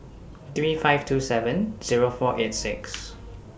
three five two seven Zero four eight six